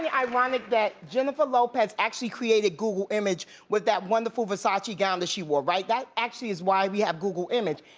yeah ironic that jennifer lopez actually created google image with that wonderful versace gown that she wore. that actually is why we have google image.